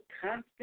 constant